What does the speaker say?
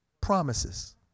promises